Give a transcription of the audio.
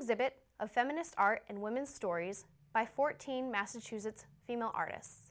exhibit of feminist art and women's stories by fourteen massachusetts female artists